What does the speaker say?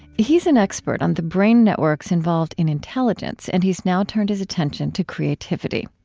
he's an expert on the brain networks involved in intelligence, and he's now turned his attention to creativity.